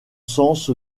sens